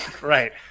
Right